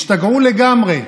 השתגעו לגמרי.